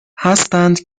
هستند